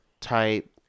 type